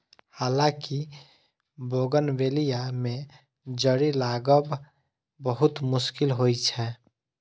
हालांकि बोगनवेलिया मे जड़ि लागब बहुत मुश्किल होइ छै